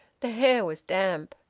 the hair was damp.